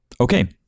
Okay